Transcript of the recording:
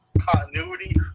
continuity